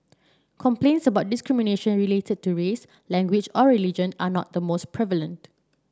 complaints about discrimination related to race language or religion are not the most prevalent